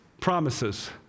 promises